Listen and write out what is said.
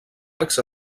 arcs